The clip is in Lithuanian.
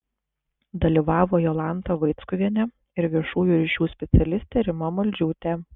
dalyvavo jolanta vaickuvienė ir viešųjų ryšių specialistė rima maldžiūtė